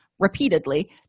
repeatedly